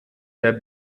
der